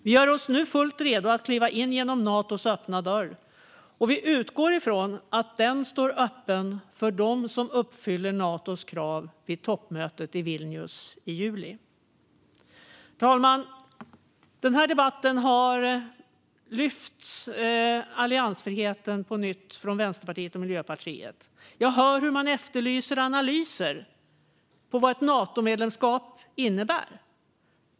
Vi gör oss nu fullt redo att kliva in genom Natos dörr, och vi utgår från att den står öppen för dem som uppfyller Natos krav vid toppmötet i Vilnius i juli. Herr talman! I denna debatt har alliansfriheten på nytt lyfts upp av Vänsterpartiet och Miljöpartiet. Jag hör dem efterlysa analyser av vad ett Natomedlemskap innebär.